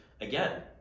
again